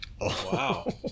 Wow